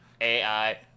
AI